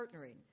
partnering